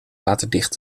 waterdicht